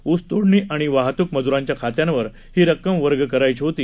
ऊस तोडणी आणि वाहतूक मजुरांच्या खात्यांवर ही रक्कम वर्ग करायची होती